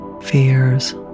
fears